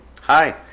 Hi